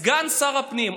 סגן שר הפנים,